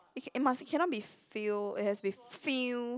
okay eh must cannot be feel it has be feel